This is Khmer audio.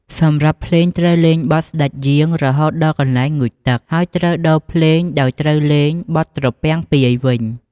សម្រាប់ភ្លេងត្រូវលេង បទស្តេចយាង រហូតដល់កន្លែងងូតទឹក ហើយត្រូវដូភ្លេងដោយត្រូវលេង បទត្រពាំងពាយវិញ។